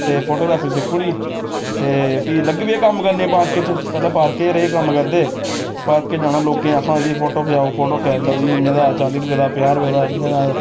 ते फोटोग्राफी सिक्खी ओड़ी ते फ्ही लग्गी पे कम्म करने पार्के च पैह्लें पार्के च रेह् कम्म करदे पार्क च जाना लोकें गी आक्खना फोटो खचाओ फोटो खचाई लैओ जी इन्ने दा चाली रपेऽ दा पंजाह् रपेऽ दा इन्ने दा